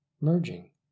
merging